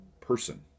person